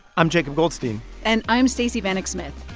i'm jacob goldstein and i'm stacey vanek smith.